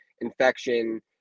infection